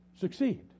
succeed